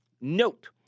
Note